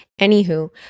anywho